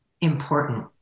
important